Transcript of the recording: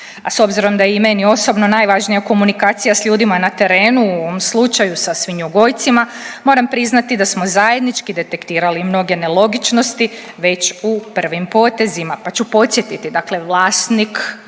A s obzirom da je i meni osobno najvažnija komunikacija s ljudima na terenu u ovom slučaju sa svinjogojcima, moram priznati da smo zajednički detektirali mnoge nelogičnosti već u prvim potezima, pa ću podsjetiti dakle vlasnik